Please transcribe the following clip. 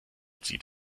zieht